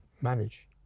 manage